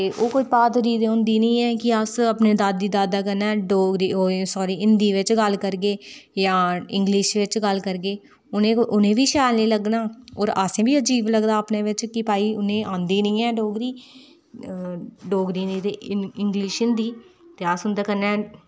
ते ओह् कोई ब्हादरी ते होंदी निं कि अस अपने दादा दादी कन्नै डोगरी ओह् सौरी हिंदी बिच्च गल्ल करगे जां इंग्लिश बिच्च गल्ल करगे उ'नें उ'नें बी शैल निं लग्गना होर असें बी अजीब लगदा अपने बिच्च कि भई उनें आंदी नेई ऐ डोगरी डोगरी नेईं ते इंग्लिश हिंदी ते अस उं'दे कन्नै